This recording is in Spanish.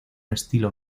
estilo